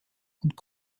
und